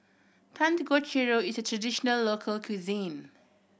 dangojiru is a traditional local cuisine